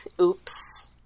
Oops